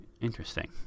Interesting